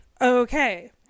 okay